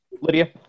Lydia